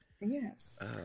Yes